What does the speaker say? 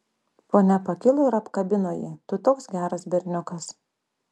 ponia pakilo ir apkabino jį tu toks geras berniukas